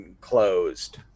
closed